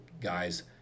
guys